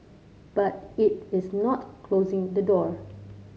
but it is not closing the door